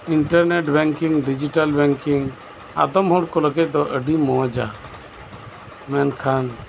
internet banking digital banking ᱟᱫᱚᱢ ᱦᱚᱲ ᱠᱚ ᱞᱟᱹᱜᱤᱫ ᱫᱚ ᱟᱹᱰᱤ ᱢᱚᱸᱡᱟ ᱢᱮᱱᱠᱷᱟᱱ